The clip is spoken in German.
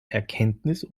erkenntnis